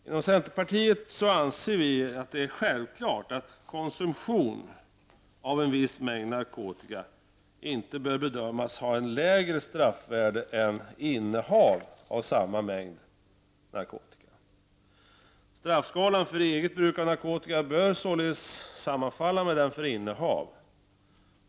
Inom centerpartiet anser vi att det är självklart att konsumtion av en viss mängd narkotika inte bör bedömas ha ett lägre straffvärde än innehav av samma mängd narkotika. Straffskalan för eget bruk av narkotika bör således sammanfalla med den för innehav.